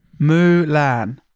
Mulan